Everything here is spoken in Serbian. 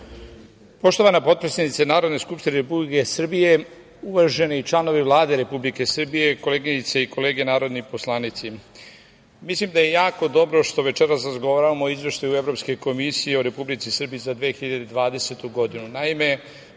Hvala. Poštovana potpredsednice Narodne skupštine Republike Srbije, uvaženi članovi Vlade Republike Srbije, koleginice i kolege narodni poslanici, mislim da je jako dobro što večeras razgovaramo o izveštaju Evropske komisije u Republici Srbiji za 2020. godinu. Naime,